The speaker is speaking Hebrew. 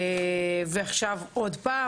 ועכשיו עוד פעם.